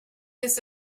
this